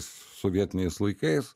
sovietiniais laikais